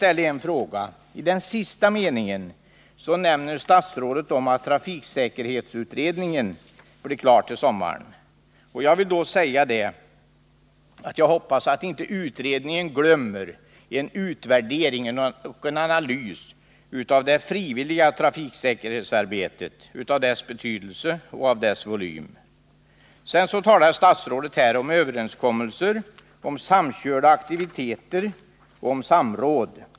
I den sista meningen i svaret nämner statsrådet att trafiksäkerhetsutredningen ”blir klar till sommaren”. Jag hoppas att inte utredningen glömmer att göra en utvärdering och en analys av det frivilliga trafiksäkerhetsarbetet, dess betydelse och dess volym. Statsrådet talar här om överenskommelser, om samkörda aktiviteter och om samråd.